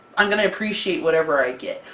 i'm going to appreciate whatever i get!